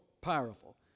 powerful